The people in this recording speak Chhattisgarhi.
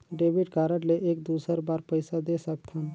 डेबिट कारड ले एक दुसर बार पइसा दे सकथन?